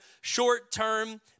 short-term